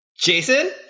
Jason